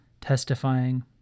testifying